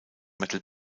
metal